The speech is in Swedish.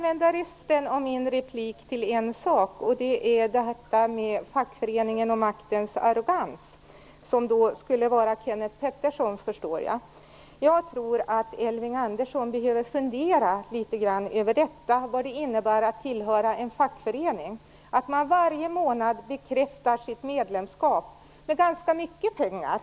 Vidare gäller det detta med fackföreningen och maktens arrogans - Kenth Pettersson, såvitt jag förstår. Jag tror att Elving Andersson behöver fundera litet grand över vad det innebär att tillhöra en fackförening. Varje månad bekräftar man sitt medlemskap med ganska mycket pengar.